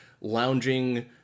lounging